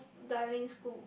diving school